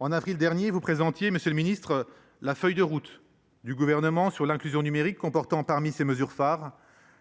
En avril dernier, vous présentiez, monsieur le ministre, la feuille de route du Gouvernement sur l’inclusion numérique, comportant, parmi ses mesures phares,